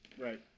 Right